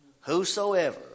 Whosoever